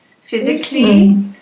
physically